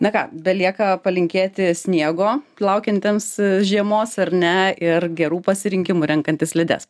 na ką belieka palinkėti sniego laukiantiems žiemos ar ne ir gerų pasirinkimų renkantis slides